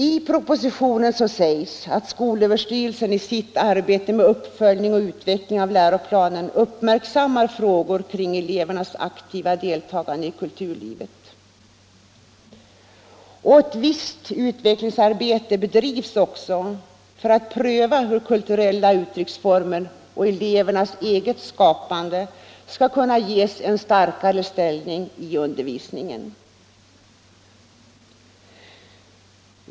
I propositionen sägs att skolöverstyrelsen i sitt arbete med uppföljning och utveckling av läroplanen uppmärksammar frågor kring elevernas aktiva deltagande i kulturlivet. Visst utvecklingsarbete bedrivs också för att pröva hur kulturella uttrycksformer och elevernas eget skapande skall kunna ges en starkare ställning i undervisningen.